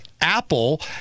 Apple